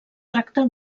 tracta